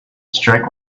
strike